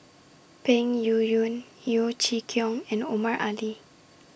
Peng Yuyun Yeo Chee Kiong and Omar Ali